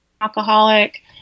alcoholic